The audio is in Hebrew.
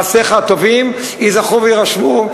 מעשיך הטובים ייזכרו ויירשמו,